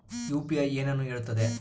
UPI ಏನನ್ನು ಹೇಳುತ್ತದೆ?